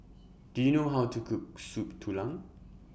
Do YOU know How to Cook Soup Tulang